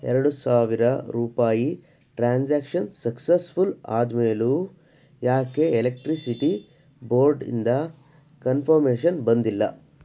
ಎರಡು ಸಾವಿರ ರೂಪಾಯಿ ಟ್ರಾನ್ಸಾಕ್ಷನ್ ಸಕ್ಸಸ್ಫುಲ್ ಆದಮೇಲೂ ಏಕೆ ಎಲೆಕ್ಟ್ರಿಸಿಟಿ ಬೋರ್ಡಿಂದ ಕನ್ಫರ್ಮೇಶನ್ ಬಂದಿಲ್ಲ